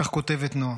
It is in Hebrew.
כך כותבת נועה.